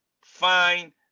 fine